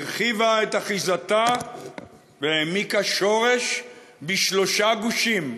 הרחיבה את אחיזתה והעמיקה שורש בשלושה גושים: